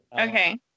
Okay